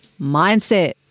mindset